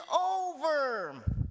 over